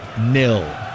nil